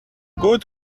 good